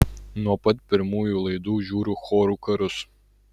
nuo pat pirmųjų laidų žiūriu chorų karus